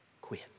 quit